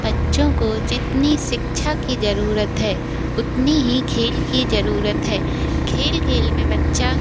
बच्चों को जितनी शिक्षा की ज़रूरत है उतनी ही खेल की ज़रूरत है खेल खेल में बच्चा